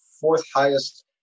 fourth-highest